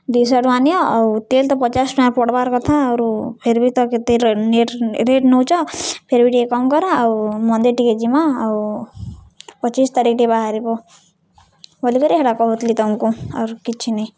ଦୁଇଶ ଟଙ୍କା ନିଅ ଆଉ ତେଲ୍ ତ ପଚାଶ୍ ଟଙ୍କା ପଡ଼୍ବାର୍ କଥା ଆଉ ଫେର୍ ବି ତ କେତେ ରେଟ୍ ନଉଚ ଫେର୍ ବି ଟିକେ କମ୍ କର ଆଉ ମନ୍ଦିର୍ ଟିକେ ଯିମା ଆଉ ପଚିଶ୍ ତାରିଖ୍ ଟିକେ ବାହାରିବ ବଲିକରି ହେଟା କହୁଥିଲି ତମ୍କୁ ଆଉ କିଛି ନାଇଁ